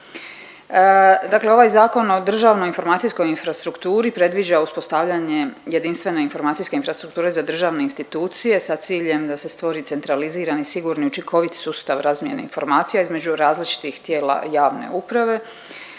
Dakle, ovaj Zakon o državnoj informacijskoj infrastrukturi predviđa uspostavljanje jedinstvene informacijske infrastrukture za državne institucije sa ciljem da se stvori centralizirani sigurni učinkovit sustav razmjene informacija između različitih tijela javne uprave.